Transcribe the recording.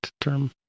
term